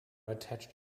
attached